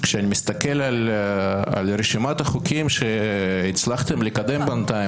כשאני מסתכל על רשימת החוקים שהצלחתם לקדם בינתיים,